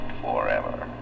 forever